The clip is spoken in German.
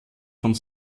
von